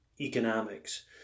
economics